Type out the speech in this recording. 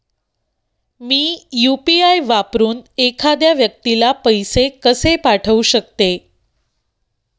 मी UPI वापरून एखाद्या व्यक्तीला पैसे कसे पाठवू शकते?